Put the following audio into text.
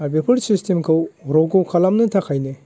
दा बेफोर सिसटेमखौ रग' खालामनो थाखायनो